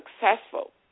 successful